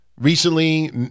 Recently